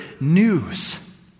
news